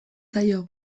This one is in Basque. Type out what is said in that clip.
zaio